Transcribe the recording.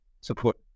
support